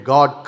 God